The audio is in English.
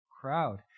crowd